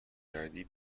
کردی